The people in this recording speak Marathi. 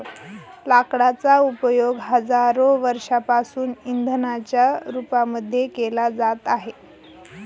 लाकडांचा उपयोग हजारो वर्षांपासून इंधनाच्या रूपामध्ये केला जात आहे